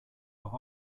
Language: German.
auch